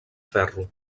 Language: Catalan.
ferro